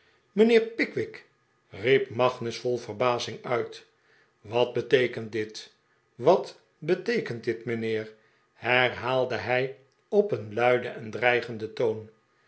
mijnheer pickwick riep magnus vol verbazing uit wat beteekent dit wat beteekent dit mijnheer herhaalde hij op een luiden en dreigenden toon